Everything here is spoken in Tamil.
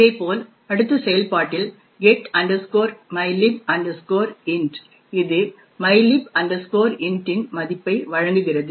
இதே போல் அடுத்த செயல்பாட்டில் get mylib int இது mylib int இன் மதிப்பை வழங்குகிறது